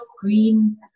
green